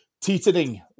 Teetering